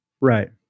Right